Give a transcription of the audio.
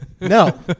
No